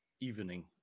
evening